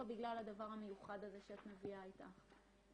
בגלל הדבר המיוחד הזה שאת מביאה איתך?